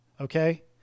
okay